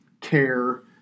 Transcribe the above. care